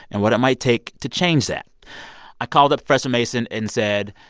and what it might take to change that i called up professor mason and said,